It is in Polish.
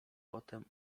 potem